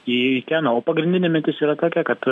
į keną o pagrindinė mintis yra tokia kad